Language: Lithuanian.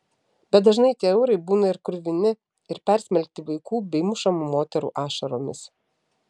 bet dažnai tie eurai būna ir kruvini ir persmelkti vaikų bei mušamų moterų ašaromis